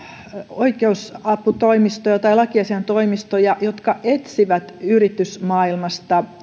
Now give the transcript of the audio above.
oikeus aputoimistoja tai lakiasiaintoimistoja jotka etsivät yritysmaailmasta